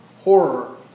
horror